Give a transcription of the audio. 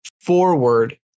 forward